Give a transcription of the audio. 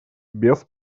без